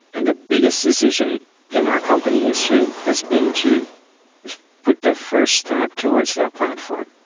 and the biggest decision in our company history has been to put the fi rst tap towards that platform.